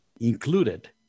included